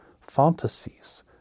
fantasies